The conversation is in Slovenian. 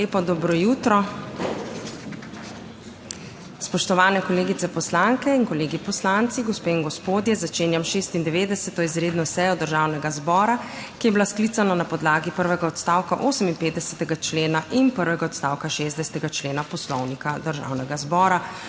Lepo dobro jutro! Spoštovani kolegice poslanke in kolegi poslanci, gospe in gospodje, začenjam 96. izredno sejo Državnega zbora, ki je bila sklicana na podlagi prvega odstavka 58. člena in prvega odstavka 60. člena Poslovnika Državnega zbora.